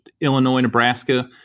Illinois-Nebraska